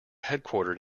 headquartered